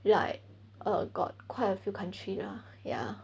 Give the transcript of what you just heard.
like err got quite a few countries lah ya